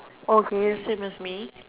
okay same as me